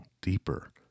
deeper